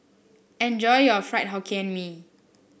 enjoy your Fried Hokkien Mee